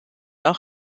auch